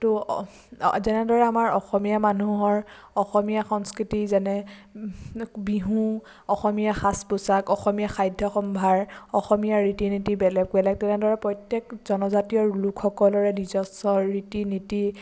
তো যেনেদৰে আমাৰ অসমীয়া মানুহৰ অসমীয়া সংস্কৃতি যেনে বিহু অসমীয়া সাজ পোচাক আসমীয়া খাদ্য সম্ভাৰ অসমীয়াৰ ৰীতি নীতি বেলেগ বেলেগ তেনেদৰে প্ৰত্যেক জনজাতীয় লোকসকলৰ নিজস্ব ৰীতি নীতি